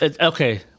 okay